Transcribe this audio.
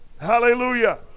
Hallelujah